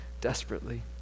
Desperately